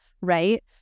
right